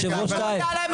יושב הראש טייב,